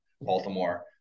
Baltimore